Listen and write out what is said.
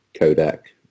Kodak